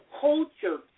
culture